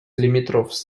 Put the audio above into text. limítrofs